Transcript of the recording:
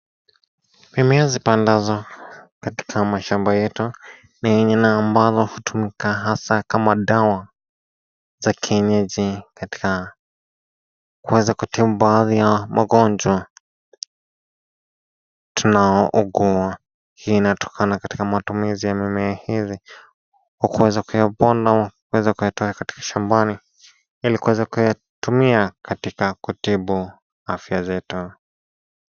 Mimea zipandwazo, katika mashamba yetu, mingine ambazo hutumika hasaa kama dawa, za kienyeji katika, kuweza kutibu baadhi ya magonjwa, tunaougua, hii inatokana katika matumizi ya mimea hizi, hukuweza pia kupona, kuweza kuyatoa katika shambani, ilikuweza, kuyatumia katika kutibu, afya zetu.